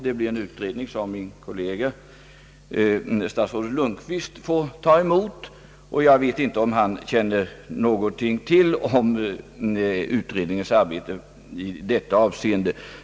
Det blir en utredning som min kollega statsrådet Lundkvist få ta emot, och jag vet inte om han känner till något om utredningens arbete i detta hänseende.